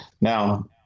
now